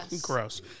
Gross